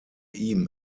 ihm